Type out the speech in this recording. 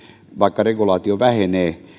vaikka regulaatio vähenee